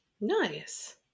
nice